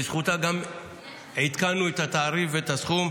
בזכותה גם עדכנו את התעריף ואת הסכום,